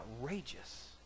outrageous